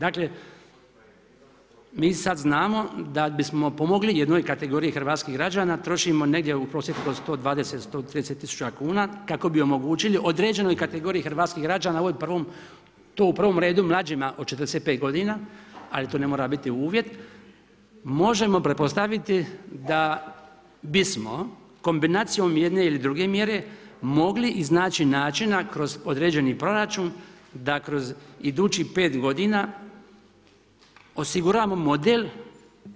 Dakle, mi sad znamo da bismo pomogli jednoj kategoriji hrvatskih građana, trošimo negdje u prosjeku od 120, 130 000 kuna kako bi omogućili određenoj kategoriji hrvatskih građana, to u prvom redu mlađima od 45 godina, ali to ne mora biti uvjet, možemo pretpostaviti da bismo kombinacijom jedne ili druge mjere, mogli iznaći načina kroz određeni proračun da kroz idućih 5 godina osiguramo model